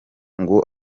ngo